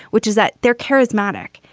which is that they're charismatic.